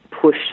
push